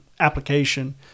Application